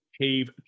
Cave